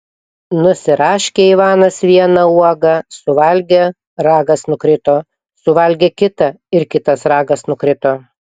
nusiraškė ivanas vieną uogą suvalgė ragas nukrito suvalgė kitą ir kitas ragas nukrito